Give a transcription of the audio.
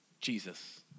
Jesus